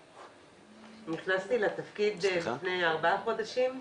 נכנסתי לתפקיד לפני ארבעה חודשים.